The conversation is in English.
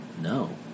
No